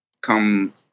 Come